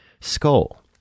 skull